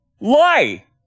Lie